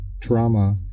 trauma